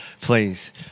please